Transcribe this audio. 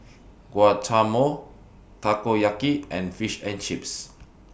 Guacamole Takoyaki and Fish and Chips